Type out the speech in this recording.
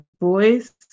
voice